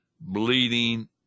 bleeding